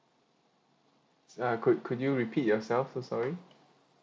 ah could could you repeat yourself so sorry